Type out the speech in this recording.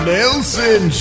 Nelson